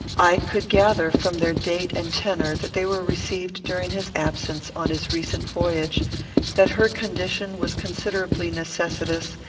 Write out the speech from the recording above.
i could gather, from their date and tenor, that they were received during his absence on his recent voyage that her condition was considerably necessitous,